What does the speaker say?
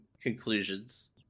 conclusions